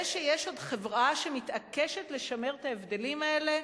זה שיש עוד חברה שמתעקשת לשמר את ההבדלים האלה,